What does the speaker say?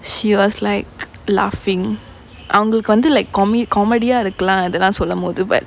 she was like laughing அவங்களுக்கு வந்து:avangalukku vanthu like comi~ comedy ah இருக்கலாம் இதலாம் சொல்லும்போது:irukkalaam ithalaam sollumpothu